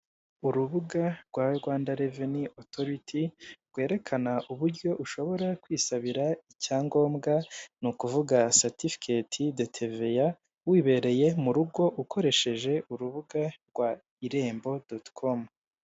Urubuga rwa Rwanda reveni otoriti, rwerekana uburyo ushobora kwisabira icyangombwa ni ukuvuga satifiketi de teveya wibereye mu rugo, ukoreshseje urubuga rwa irembo doti komu.